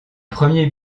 premier